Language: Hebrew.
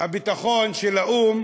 הביטחון של האו"ם